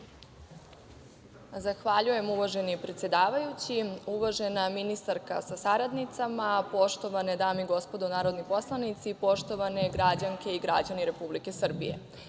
Zahvaljujem. Uvaženi predsedavajući, uvažena ministarka sa saradnicama, poštovane dame i gospodo narodni poslanici, poštovane građanke i građani Republike Srbije,